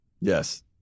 Yes